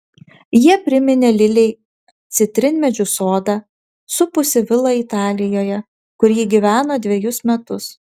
jie priminė lilei citrinmedžių sodą supusį vilą italijoje kur ji gyveno dvejus metus